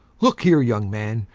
look here, young man,